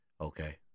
okay